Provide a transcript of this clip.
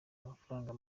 amafaranga